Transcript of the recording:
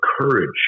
courage